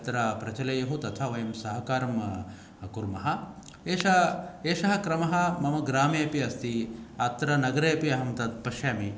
तत्र प्रचलेयुः तथा वयं सहकारं कुर्मः एषा एषः क्रमः मम ग्रामे अपि अस्ति अत्र नगरे अपि अहं तत् पश्यामि